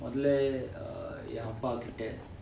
முதல்ல என் அப்பா கிட்ட:muthalla en appa kitta